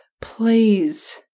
please